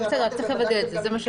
בסדר, אבל צריך לוודא את זה.